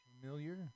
familiar